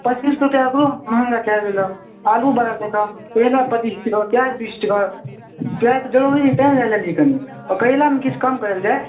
पच्चीस रुपैआ एकरो महँगा कऽ देलहक आगू बढ़बै तहन करैला पच्चीस टकेके प्याज बीस टका प्याज तऽ जरूरी अइ तेँ लऽ लेलिए कनी आ करैलामे किछु कम करल जाए